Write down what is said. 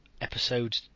episode